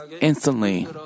instantly